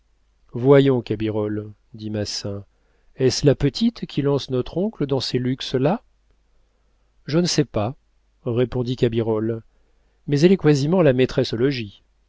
cabirolle dit massin est-ce la petite qui lance notre oncle dans ces luxes là je ne sais pas répondit cabirolle mais elle est quasiment la maîtresse au logis